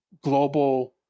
global